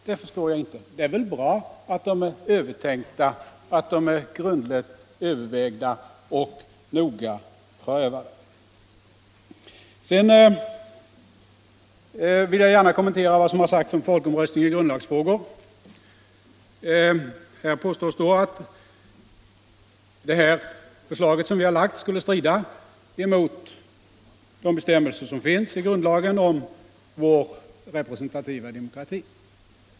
Det är väl bra att lagarna är övertänkta, att de är grundligt övervägda och noga prövade. Sedan vill jag gärna kommentera vad som sagts om folkomröstning i grundlagsfrågor. Här påstås att det förslag som vi har lagt skulle strida mot de bestämmelser som finns i grundlagen om vår representativa demokrati.